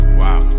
wow